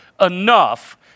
enough